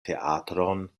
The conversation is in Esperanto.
teatron